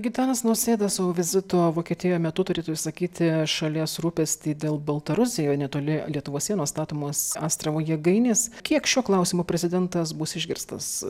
gitanas nausėda savo vizito vokietijoje metu turėtų išsakyti šalies rūpestį dėl baltarusijo netoli lietuvos sienos statomos astravo jėgainės kiek šiuo klausimu prezidentas bus išgirstas